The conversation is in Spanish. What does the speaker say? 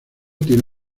tiene